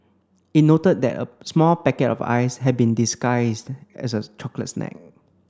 it noted that a small packet of ice had been disguised as a chocolate snack